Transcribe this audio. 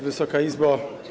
Wysoka Izbo!